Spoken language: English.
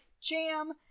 jam